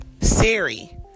Siri